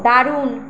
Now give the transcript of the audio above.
দারুণ